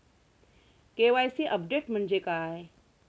KYC update म्हणजे काय?